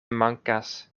mankas